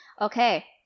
Okay